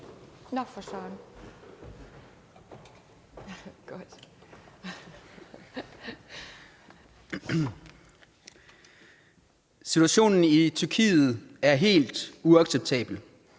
Situationen i Tyrkiet er helt uacceptabel.